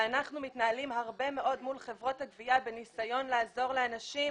אנחנו מתנהלים הרבה מאוד מול חברות הגבייה בניסיון לעזור לאנשים